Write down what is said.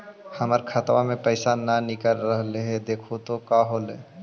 हमर खतवा से पैसा न निकल रहले हे देखु तो का होगेले?